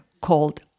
called